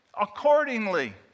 accordingly